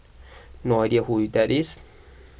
no idea who that is